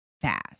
fast